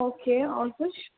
okay اور کچھ